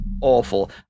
awful